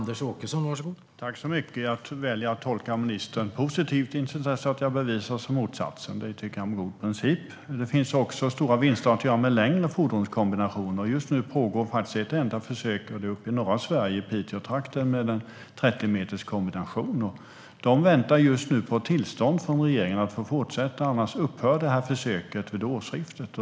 Herr talman! Jag väljer att tolka ministern positivt intill dess att jag har bevisats om motsatsen. Det tycker jag är en god princip. Det finns också stora vinster att göra med längre fordonskombinationer. Just nu pågår ett enda försök - det är i norra Sverige, i Piteåtrakten - med en 30-meterskombination. De väntar just nu på tillstånd från regeringen att fortsätta. Annars upphör försöket vid årsskiftet.